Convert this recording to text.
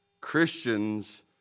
christians